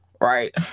right